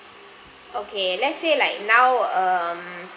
okay let's say like now um